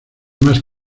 más